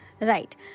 Right